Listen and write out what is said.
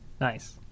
nice